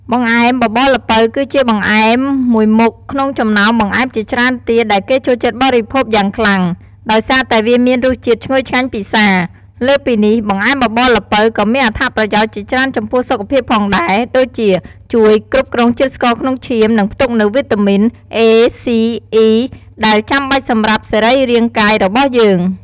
បង្អែមបបរល្ពៅគឺជាបង្អែមមួយមុខក្នុងចំណោមបង្អែមជាច្រើនទៀត ដែលគេចូលចិត្តបរិភោគយ៉ាងខ្លាំង ដោយសារតែវាមានរសជាតិឈ្ងុយឆ្ងាញ់ពិសា។ លើសពីនេះ បង្អែមបបរល្ពៅក៏មានអត្ថប្រយោជន៍ជាច្រើនចំពោះសុខភាពផងដែរ ដូចជាជួយគ្រប់គ្រងជាតិស្ករក្នុងឈាម និងផ្ទុកនូវវីតាមីន A, C, E ដែលចាំបាច់សម្រាប់សរីរាង្គកាយរបស់យើង។